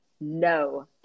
no